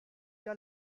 der